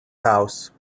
house